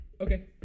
Okay